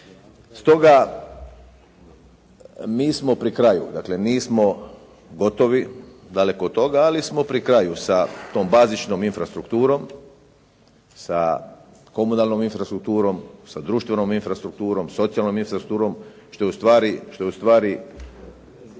Stoga mi smo pri kraju. Dakle, nismo gotovi, daleko od toga ali smo pri kraju sa tom bazičnom infrastrukturom, sa komunalnom infrastrukturom, sa društvom infrastrukturom, socijalnom infrastrukturom što je u stvari